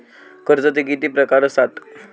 कर्जाचे किती प्रकार असात?